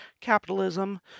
capitalism